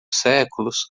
séculos